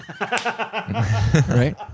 right